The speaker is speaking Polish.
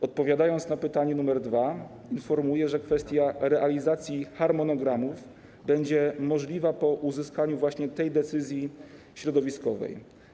Odpowiadając na pytanie nr 2, informuję, że kwestia realizacji harmonogramu będzie możliwa po uzyskaniu właśnie tej decyzji środowiskowej.